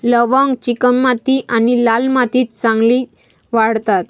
लवंग चिकणमाती आणि लाल मातीत चांगली वाढतात